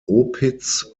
opitz